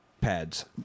pads